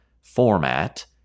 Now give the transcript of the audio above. format